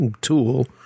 tool